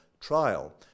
trial